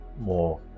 more